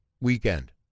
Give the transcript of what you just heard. weekend